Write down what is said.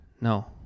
No